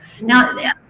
Now